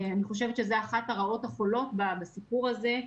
אני חושבת שזאת אחת הרעות החולות בסיפור הזה.